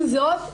עם זאת,